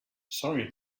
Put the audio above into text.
sorry